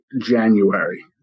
january